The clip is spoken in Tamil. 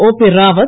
ஓபி ராவத்